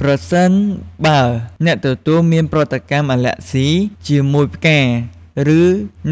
ប្រសិនបើអ្នកទទួលមានប្រតិកម្មអាលែហ្ស៊ីជាមួយផ្កា ឬ